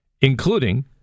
including